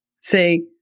Say